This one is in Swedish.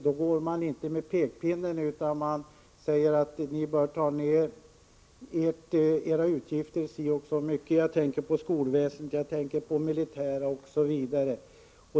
Då går man inte fram med pekpinnen utan man säger att institutionerna bör dra ned sina utgifter si och så mycket — jag åsyftar rambudget, jag tänker på skolväsendet, det militära försvaret, osv.